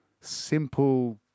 simple